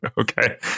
Okay